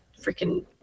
freaking